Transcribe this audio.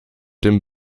den